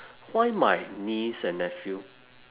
why my niece and nephew